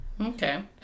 Okay